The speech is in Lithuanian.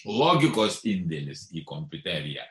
logikos indėlis į kompiuteriją